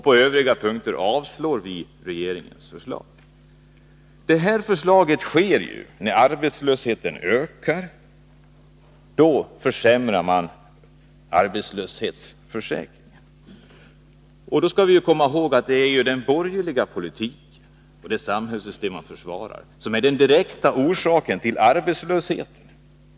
På övriga punkter yrkar vi avslag på regeringens proposition. Det här förslaget läggs ju fram när arbetslösheten ökar. Då försämrar man arbetslöshetsförsäkringen. Och det är den borgerliga regeringspolitiken som är den direkta orsaken till arbetslösheten.